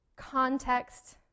Context